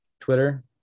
twitter